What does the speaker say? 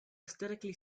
aesthetically